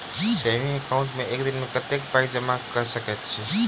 Saving account मे एक दिनमे कतेक पाई जमा कऽ सकैत छी?